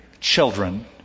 children